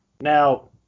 Now